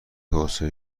توسعه